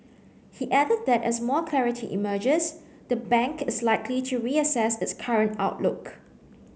he added that as more clarity emerges the bank is likely to reassess its current outlook